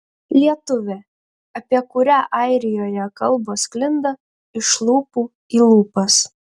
lietuvė apie kurią airijoje kalbos sklinda iš lūpų į lūpas